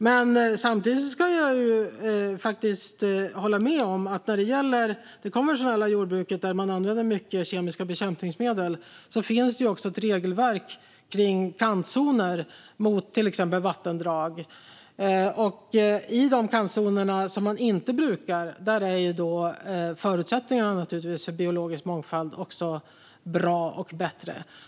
Men jag håller med om att det när det gäller det konventionella jordbruket, där man använder mycket kemiska bekämpningsmedel, också finns ett regelverk för kantzoner mot till exempel vattendrag. I de kantzoner som man inte brukar är förutsättningarna för biologisk mångfald naturligtvis också bra och bättre.